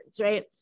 Right